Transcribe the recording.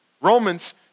Romans